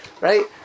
Right